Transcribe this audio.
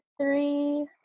three